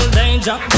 danger